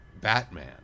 Batman